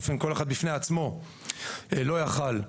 כל אחד בפני עצמו לא היה יכול.